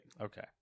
Okay